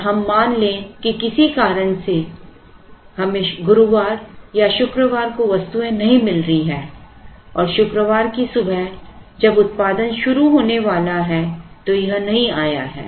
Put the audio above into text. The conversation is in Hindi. और हमें मान लें कि किसी कारण से हमें गुरुवार या शुक्रवार को वस्तुएं नहीं मिल रही है और शुक्रवार की सुबह जब उत्पादन शुरू होने वाला है तो यह नहीं आया है